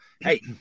hey